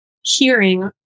hearing